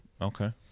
Okay